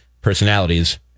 personalities